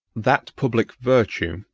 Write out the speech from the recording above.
that public virtue,